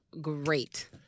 great